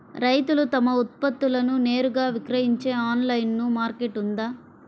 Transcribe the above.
రైతులు తమ ఉత్పత్తులను నేరుగా విక్రయించే ఆన్లైను మార్కెట్ ఉందా?